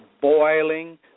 boiling